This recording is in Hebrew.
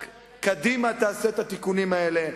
קדימה תעשה את התיקונים האלה.